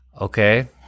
Okay